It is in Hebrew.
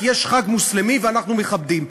כי יש חג מוסלמי ואנחנו מכבדים.